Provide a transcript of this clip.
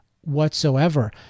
whatsoever